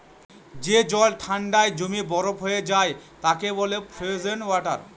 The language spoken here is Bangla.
যে জল ঠান্ডায় জমে বরফ হয়ে যায় তাকে বলে ফ্রোজেন ওয়াটার